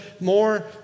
more